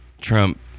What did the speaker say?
Trump